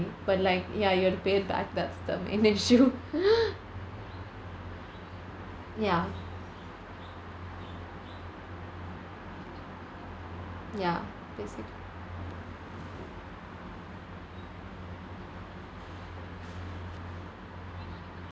but like ya you have to pay back it back that's the main issue ya ya